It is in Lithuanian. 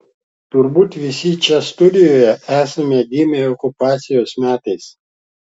turbūt visi čia studijoje esame gimę okupacijos metais